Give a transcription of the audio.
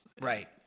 Right